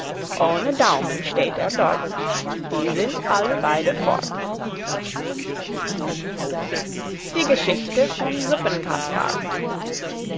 ohne daumen steht er dort die sind alle beide fort die geschichte vom